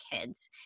kids